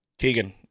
Keegan